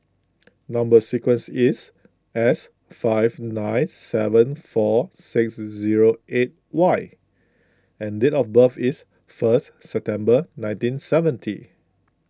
Number Sequence is S five nine seven four six zero eight Y and date of birth is first September nineteen seventy